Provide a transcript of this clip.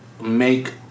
make